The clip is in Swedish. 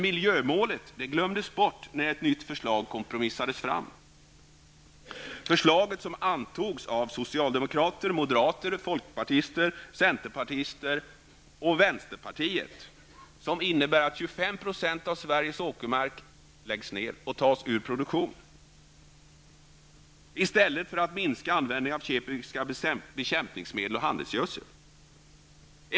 Miljömålet glömdes bort när ett nytt förslag kompromissades fram. Förslaget som antogs av socialdemokrater, moderater, folkpartister, centerpartister och vänsterpartister innebär att 25 % av Sveriges åkermark läggs ned och tas ur produktion i stället för att man minskar användningen av kemiska bekämpningsmedel och handelsgödsel.